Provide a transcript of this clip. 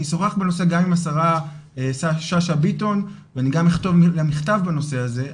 אני אשוחח בנושא גם עם השרה ששה ביטון ואני גם אכתוב מכתב בנושא הזה,